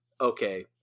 okay